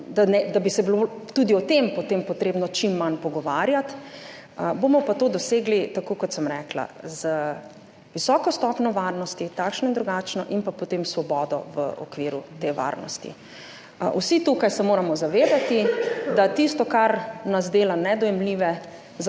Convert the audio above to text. da bi se bilo tudi o tem, potem potrebno čim manj pogovarjati, bomo pa to dosegli, tako kot sem rekla, z visoko stopnjo varnosti, takšno in drugačno, in pa potem svobodo v okviru te varnosti. Vsi tukaj se moramo zavedati, da tisto, kar nas dela nedojemljive